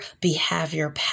behavior